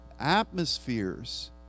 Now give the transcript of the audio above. atmospheres